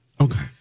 Okay